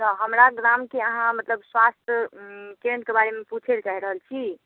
अच्छा हमरा ग्रामके अहाँ मतलब स्वास्थ केन्द्रके बारेमे पूछै लए चाहि रहल छी